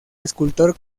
escultor